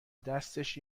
دستش